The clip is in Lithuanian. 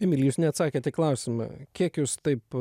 emili jūs neatsakėt į klausimą kiek jūs taip